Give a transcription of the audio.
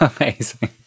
Amazing